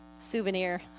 Souvenir